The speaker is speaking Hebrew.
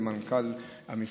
וגם מנכ"ל המשרד.